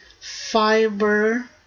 Fiber